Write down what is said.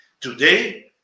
Today